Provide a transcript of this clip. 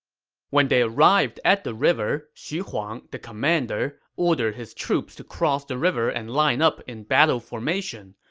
when they arrived at the river, xu huang, the commander, ordered his troops to cross the river and line up in battle formation,